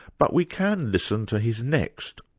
but we can listen to his next,